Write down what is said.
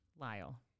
Lyle